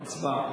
הצבעה.